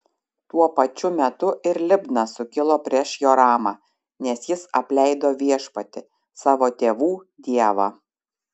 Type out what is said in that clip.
tuo pačiu metu ir libna sukilo prieš joramą nes jis apleido viešpatį savo tėvų dievą